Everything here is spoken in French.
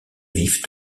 vivent